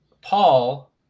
Paul